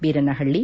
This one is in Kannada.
ಬೀರನಹಳ್ಳಿ